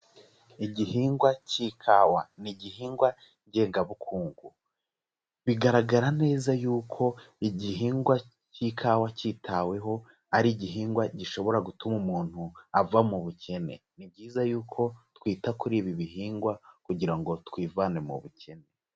Igihingwa cy'ikawa ni igihingwa ngengabukungu, bigaragara neza yuko igihingwa cy'ikawa cyitaweho ari igihingwa gishobora gutuma umuntu ava mu bukene, ni byiza yuko twita kuri ibi bihingwa kugira ngo twivane mu bukene.